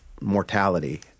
mortality